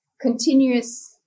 continuous